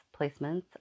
placements